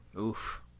Oof